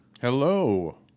Hello